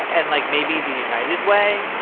and like maybe the united way.